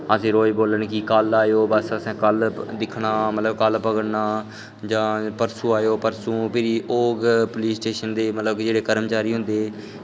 असें गी बोलन कि कल आओ असें रोज़ दिक्खना मतलब कल पकड़ना जां परसों आओ परसों फ्ही होग पुलिस स्टोशन दे जेह्ड़े कर्मचारी होंदे